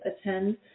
attend